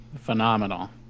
Phenomenal